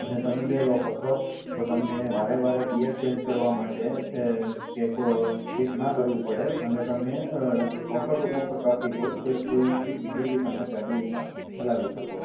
અને તમે બે લોકો છો તો તમને વારે વારે ગિયર ચેન્જ કરવાં માટે એ કે કો ચેક ના કરવું પડે અને તમે બમ્પર ટુ બમ્પર ટ્રાફિક હોય તો ફ્લુએન્ટલી ઈઝીલી તમે ગાડી એમાં ચલાવી શકો